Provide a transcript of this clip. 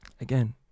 again